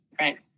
Right